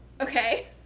Okay